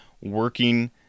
working